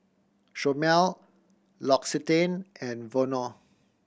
Chomel L'Occitane and Vono